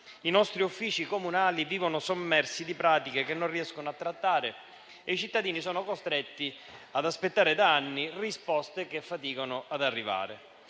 i nostri uffici comunali vivono sommersi di pratiche che non riescono a trattare e i cittadini sono costretti ad aspettare da anni risposte che faticano ad arrivare.